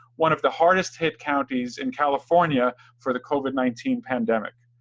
one of the hardest hit counties in california for the covid nineteen pandemic.